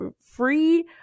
free